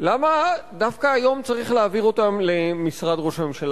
למה דווקא היום צריך להעביר אותן למשרד ראש הממשלה?